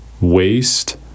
waste